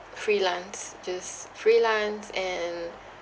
freelance just freelance and